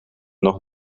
nog